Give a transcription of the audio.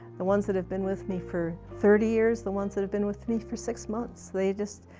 the ones that have been with me for thirty years, the ones that have been with me for six months. they just,